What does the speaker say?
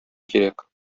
кирәк